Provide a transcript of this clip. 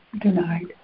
denied